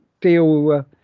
Deal